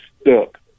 stuck